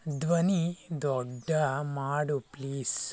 ಧ್ವನಿ ದೊಡ್ಡ ಮಾಡು ಪ್ಲೀಸ್